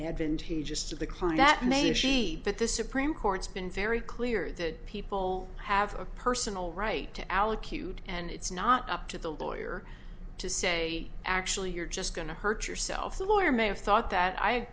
advantageous to the client that may she that the supreme court's been very clear that people have a personal right to allocute and it's not up to the lawyer to say actually you're just going to hurt yourself the lawyer may have thought that i